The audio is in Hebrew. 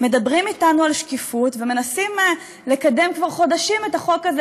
מדברים אתנו על שקיפות ומנסים לקדם כבר חודשים את החוק הזה,